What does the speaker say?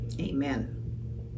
Amen